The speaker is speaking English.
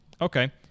Okay